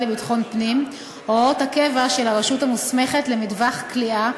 לביטחון פנים הוראות הקבע של הרשות המוסמכת למטווח קליעה,